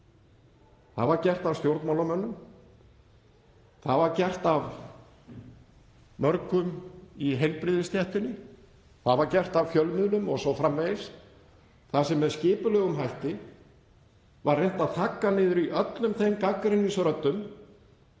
Það var gert af stjórnmálamönnum, var gert af mörgum í heilbrigðisstéttinni, það var gert af fjölmiðlum o.s.frv. þar sem með skipulögðum hætti var reynt að þagga niður í öllum þeim gagnrýnisröddum